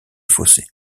fossés